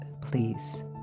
please